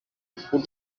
پول